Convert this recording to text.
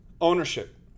ownership